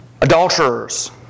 adulterers